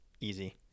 easy